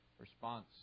response